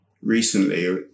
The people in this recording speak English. recently